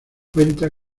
cuenta